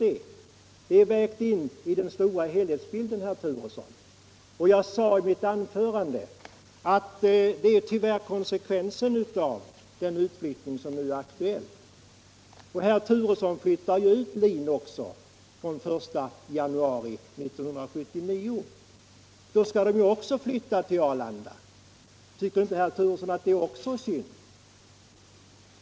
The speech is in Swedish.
Det är invägt i den stora helhetsbilden. Jag sade i mitt anförande att det tyvärr är en konsekvens av den utflyttning som nu är aktuell. Kommunikationsministern flyttar ju ut LIN fr.o.m. den 1 januari 1979. Den personalen måste alltså flytta till Arlanda, är det inte synd om dem också?